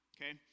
okay